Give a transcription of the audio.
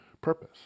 purpose